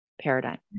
paradigm